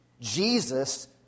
Jesus